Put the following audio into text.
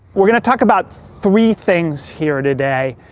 we're gonna talk about three things here today.